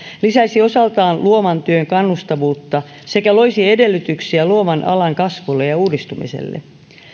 lisäisi osaltaan luovan työn kannustavuutta sekä loisi edellytyksiä luovan alan kasvulle ja uudistumiselle